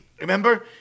Remember